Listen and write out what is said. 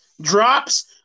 drops